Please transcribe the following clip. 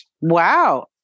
Wow